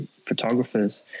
photographers